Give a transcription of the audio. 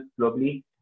globally